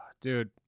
Dude